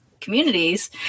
communities